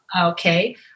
Okay